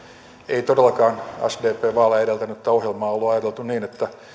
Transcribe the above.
ei todellakaan sdpn vaaleja edeltänyttä ohjelmaa oltu ajateltu niin että